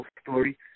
story